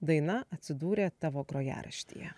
daina atsidūrė tavo grojaraštyje